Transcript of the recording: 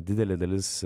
didelė dalis